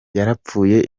yarapfuye